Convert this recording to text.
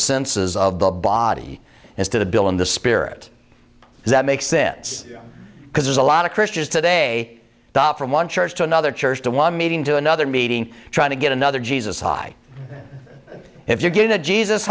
senses of the body as to the bill in the spirit that makes sense because there's a lot of christians today don from one church to another church to one meeting to another meeting trying to get another jesus high if you get in a jesus